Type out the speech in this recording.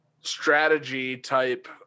strategy-type